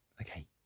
Okay